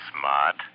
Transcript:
smart